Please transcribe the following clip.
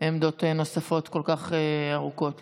עמדות נוספות כל כך ארוכות.